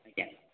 ଆଜ୍ଞା